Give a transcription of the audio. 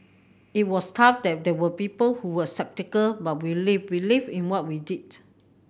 it was tough that there were people who were sceptical but we live believed in what we did